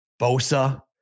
Bosa